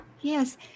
Yes